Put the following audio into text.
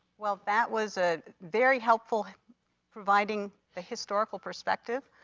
well that was ah very helpful providing the historical perspective.